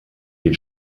den